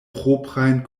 proprajn